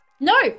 no